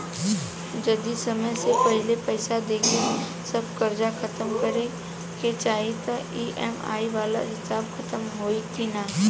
जदी समय से पहिले पईसा देके सब कर्जा खतम करे के चाही त ई.एम.आई वाला हिसाब खतम होइकी ना?